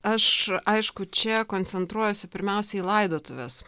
aš aišku čia koncentruojasi pirmiausiai į laidotuves